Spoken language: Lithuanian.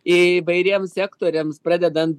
įvairiems sektoriams pradedant